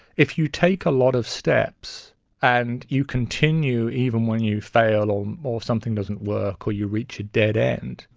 if you take a lot of steps and you continue even when you fail or and or something doesn't work or you reach a dead end,